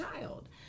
child